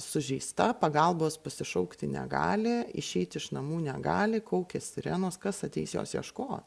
sužeista pagalbos pasišaukti negali išeiti iš namų negali kaukia sirenos kas ateis jos ieško